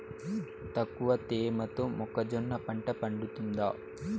తక్కువ తేమతో మొక్కజొన్న పంట పండుతుందా?